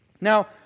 Now